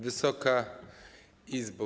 Wysoka Izbo!